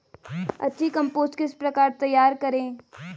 अच्छी कम्पोस्ट किस प्रकार तैयार करें?